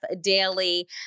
Daily